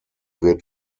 wird